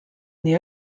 nii